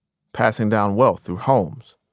passing down wealth through homes.